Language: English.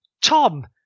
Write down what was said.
Tom